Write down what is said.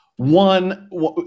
One